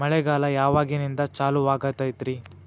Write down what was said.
ಮಳೆಗಾಲ ಯಾವಾಗಿನಿಂದ ಚಾಲುವಾಗತೈತರಿ?